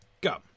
Go